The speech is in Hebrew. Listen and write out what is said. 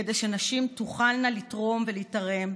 כדי שנשים תוכלנה לתרום ולהיתרם,